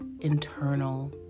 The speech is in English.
internal